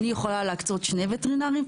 אני יכולה להקצות שני וטרינרים,